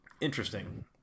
interesting